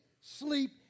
sleep